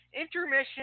intermission